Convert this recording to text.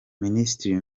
minisitiri